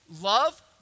love